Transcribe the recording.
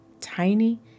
tiny